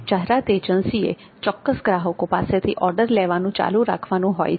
જાહેરાત એજન્સીએ ચોક્કસ ગ્રાહકો પાસેથી ઓર્ડર લેવાનું ચાલુ રાખવાનું હોય છે